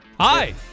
Hi